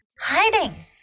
Hiding